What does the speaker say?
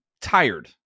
tired